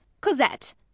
Cosette